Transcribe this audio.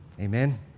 Amen